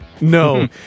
No